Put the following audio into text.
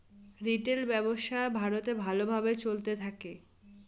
retail ব্যবসা ভারতে ভালো ভাবে চলতে থাকে